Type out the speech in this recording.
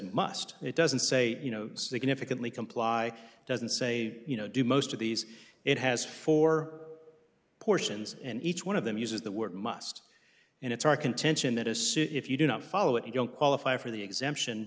must it doesn't say you know significantly comply it doesn't say you know do most of these it has four portions in each one of them uses the word must and it's our contention that is so if you do not follow it you don't qualify for the exemption